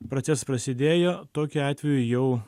procesai prasidėjo tokiu atveju jau